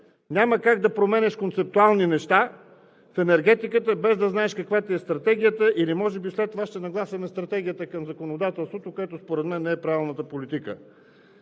Няма как да променяш концептуални неща в енергетиката, без да знаеш каква ти е стратегията, или може би след това ще нагласяме Стратегията към законодателството, което според мен не е правилната политика.